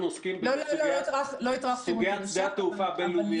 אנחנו עוסקים בסוגיית שדה התעופה הבין-לאומי השני.